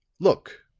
look,